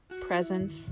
Presence